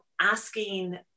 asking